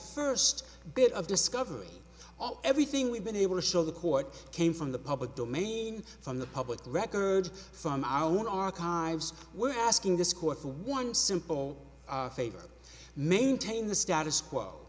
first bit of discovery everything we've been able to show the court came from the public domain from the public record from our own archives we're asking this court for one simple favor maintain the status quo